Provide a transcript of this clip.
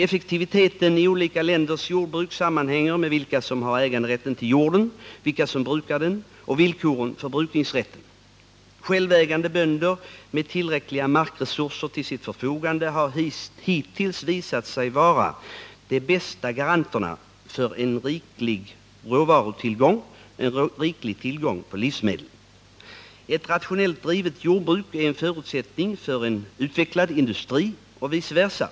Effektiviteten i olika länders jordbruk sammanhänger med vilka som har äganderätten till jorden, vilka som brukar den och villkoren för brukningsrätten. Självägande bönder med tillräckliga markresurser till sitt förfogande har hittills visat sig vara de bästa garanterna för en riklig tillgång på livsmedel. Ett rationellt drivet jordbruk är en förutsättning för en utvecklad industri och vice versa.